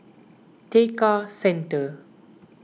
Tekka Centre